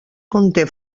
conté